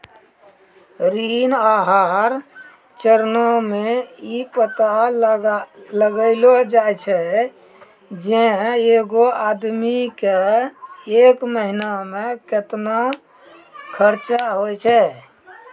ऋण आहार चरणो मे इ पता लगैलो जाय छै जे एगो आदमी के एक महिना मे केतना खर्चा होय छै